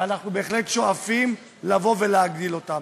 ואנחנו בהחלט שואפים לבוא ולהגדיל אותם.